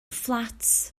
fflat